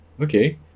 Okay